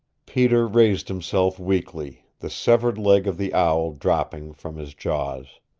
peter raised himself weakly, the severed leg of the owl dropping from his jaws.